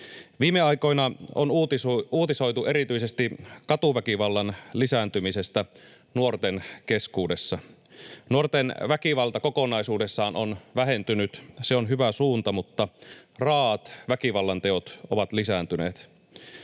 Viime aikoina on uutisoitu erityisesti katuväkivallan lisääntymisestä nuorten keskuudessa. Nuorten väkivalta kokonaisuudessaan on vähentynyt — se on hyvä suunta — mutta raa’at väkivallanteot ovat lisääntyneet.